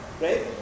right